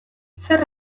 zer